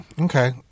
Okay